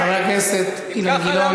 חבר הכנסת אילן גילאון,